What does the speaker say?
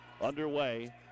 underway